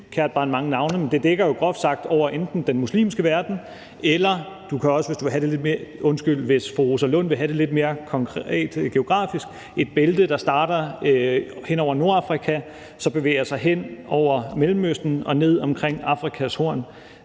det dækker groft sagt over den muslimske verden, eller hvis fru Rosa Lund vil have det lidt mere konkret geografisk, er det et bælte, der starter hen over Nordafrika og så bevæger sig hen over Mellemøsten og ned omkring Afrikas Horn.